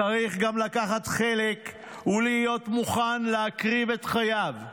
צריך גם לקחת חלק ולהיות מוכן להקריב את חייו.